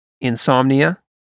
insomnia